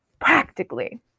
Practically